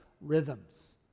rhythms